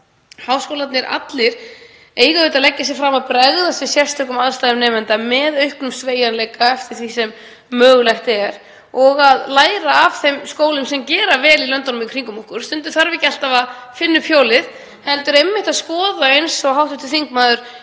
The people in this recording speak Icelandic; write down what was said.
háskólarnir allir eiga auðvitað að leggja sig fram um að bregðast við sérstökum aðstæðum nemenda með auknum sveigjanleika eftir því sem mögulegt er og læra af þeim skólum sem gera vel í löndunum í kringum okkur. Stundum þarf ekki alltaf að finna upp hjólið heldur einmitt að skoða, eins og hv. þingmaður